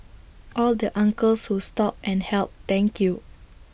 all the uncles who stopped and helped thank you